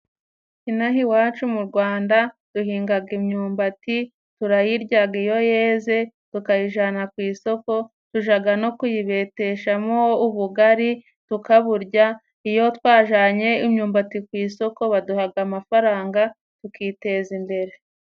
Inaha iwacu mu Rwanda duhingaga imyumbati. Turayiryaga, iyo yeze tukayijana ku isoko, tujaga no kuyibeteshamo ubugari tukaburya. Iyo twajanye imyumbati ku isoko baduhaga amafaranga tukiteza imbere.